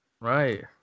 Right